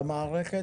נמצא?